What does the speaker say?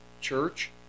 church